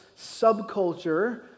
subculture